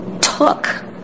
took